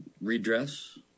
redress